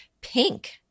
pink